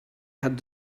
had